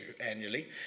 annually